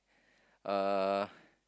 uh